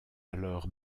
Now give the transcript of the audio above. alors